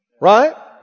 Right